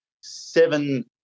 seven